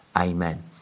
Amen